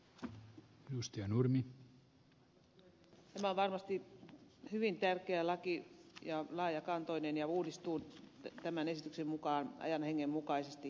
tämä on varmasti hyvin tärkeä laki ja laajakantoinen ja uudistuu tämän esityksen mukaan ajan hengen mukaisesti